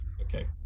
okay